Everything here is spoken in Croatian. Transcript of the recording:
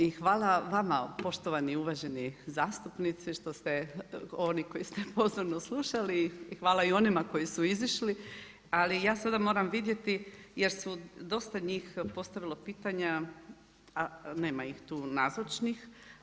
I hvala vama poštovani uvaženi zastupnici što ste, oni koji ste pozorni slušali i hvala i onima koji su izišli, ali ja sada moram vidjeti, jer su dosta njih postavili pitanja, a nema ih tu nazočnih.